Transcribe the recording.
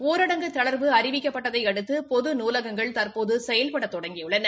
ஊரடங்கு தளா்வு அறிவிக்கப்பட்டதை அடுத்து பொது நூலகங்கள் தற்போது செயல்பட தொடங்கியுள்ளன